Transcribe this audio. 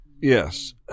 yes